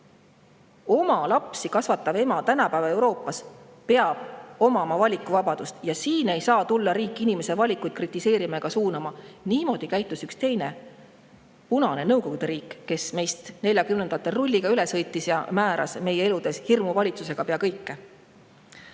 Oma lapsi kasvatav ema tänapäeva Euroopas peab omama valikuvabadust. Siin ei saa tulla riik inimese valikuid kritiseerima ega suunama. Niimoodi käitus üks teine, punane Nõukogude riik, kes meist 1940-ndatel rulliga üle sõitis ja määras meie elus hirmuvalitsemisega pea kõike. Nii